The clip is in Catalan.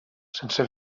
sense